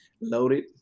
loaded